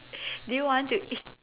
do you want to eat